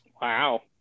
Wow